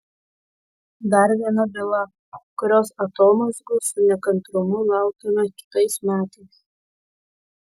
dar viena byla kurios atomazgų su nekantrumu laukiame kitais metais